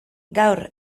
gaur